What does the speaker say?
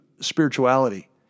spirituality